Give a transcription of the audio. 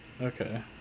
Okay